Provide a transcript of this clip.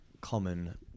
common